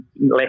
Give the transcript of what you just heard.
less